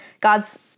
God's